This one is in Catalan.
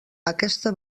aquesta